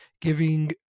giving